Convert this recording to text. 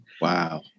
Wow